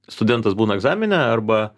studentas būna egzamine arba